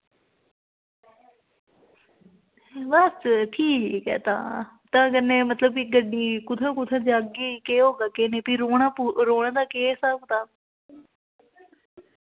बस ठीक ऐ तां तां कन्नै मतलब कि गड्डी कु'त्थैं कु'त्थैं जाह्गी केह् होग केह् नेईं फ्ही रौह्ना पु रौह्ने दा केह् स्हाब कताब